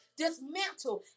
dismantle